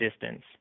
distance